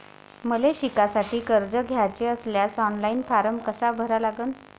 मले शिकासाठी कर्ज घ्याचे असल्यास ऑनलाईन फारम कसा भरा लागन?